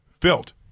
felt